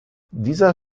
dieser